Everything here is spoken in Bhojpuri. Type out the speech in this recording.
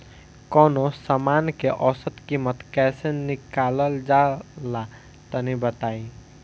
कवनो समान के औसत कीमत कैसे निकालल जा ला तनी बताई?